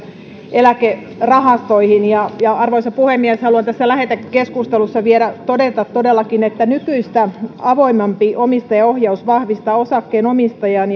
eläkerahastoihin arvoisa puhemies haluan tässä lähetekeskustelussa vielä todeta että todellakin nykyistä avoimempi omistajaohjaus vahvistaa osakkeenomistajan